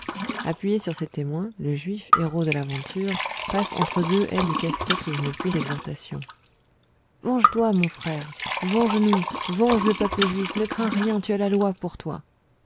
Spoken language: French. appuyé sur ses témoins le juif héros de l'aventure passe entre deux haies de casquettes sous une pluie d'exhortations venge-toi frère venge nous venge le peuple juif ne crains rien tu as la loi pour toi